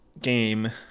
game